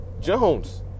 Jones